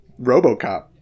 Robocop